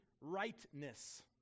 rightness